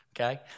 Okay